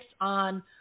on